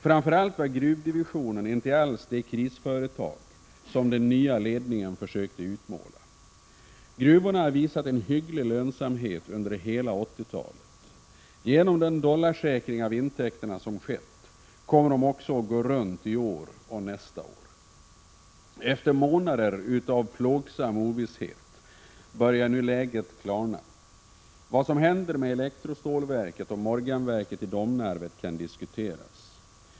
Framför allt var gruvdivisionen inte alls det krisföretag som den nya ledningen försökte utmåla den som. Gruvorna hade visat hygglig lönsamhet under hela 80-talet. Genom den dollarsäkring av intäkterna som skett kommer det också att gå runt i år och nästa år. Efter månader av plågsam ovisshet börjar nu läget klarna. Vad som händer med elektrostålverket och Morganverket i Domnarvet kan diskuteras.